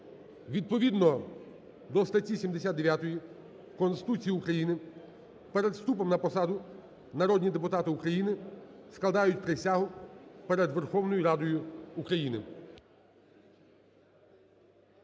Відповідно до статті 79 Конституції України перед вступом на посаду народні депутати України складають присягу перед Верховною Радою України.